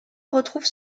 retrouve